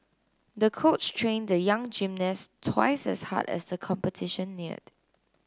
the coach trained the young gymnast twice as hard as the competition neared